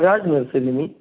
राज nursery न्ही